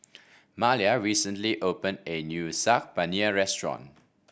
Malia recently opened a new Saag Paneer Restaurant